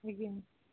ଆଜ୍ଞା